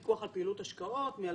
פיקוח על פעילות השקעות מ-2016.